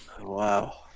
Wow